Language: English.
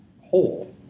whole